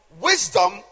wisdom